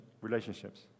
relationships